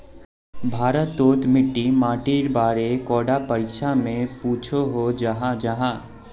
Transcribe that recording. भारत तोत मिट्टी माटिर बारे कैडा परीक्षा में पुछोहो जाहा जाहा?